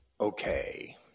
Okay